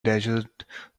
desert